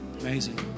Amazing